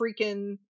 freaking